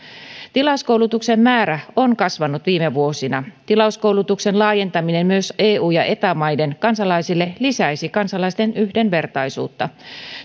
tilauskoulutuksen määrä on kasvanut viime vuosina tilauskoulutuksen laajentaminen myös eu ja eta maiden kansalaisille lisäisi kansalaisten yhdenvertaisuutta